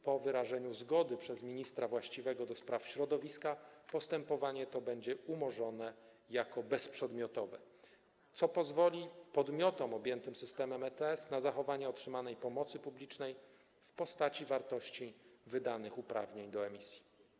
Po wyrażeniu zgody przez ministra właściwego do spraw środowiska postępowanie to będzie umorzone jako bezprzedmiotowe, co pozwoli podmiotom objętym system ETS na zachowanie otrzymanej pomocy publicznej w postaci wartości wydanych uprawnień do emisji.